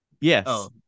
Yes